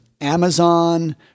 Amazon